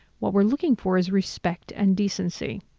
what we're looking for is respect and decency,